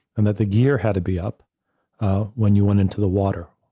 and that the gear had to be up when you went into the water.